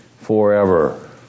forever